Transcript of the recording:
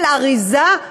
של אריזה,